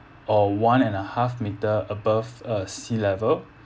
or one and a half meter above uh sea level